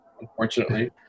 unfortunately